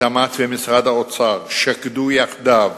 התמ"ת ושל משרד האוצר שקדו יחדיו